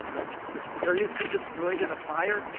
like, mysteriously destroyed in a fire.